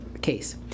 case